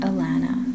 Alana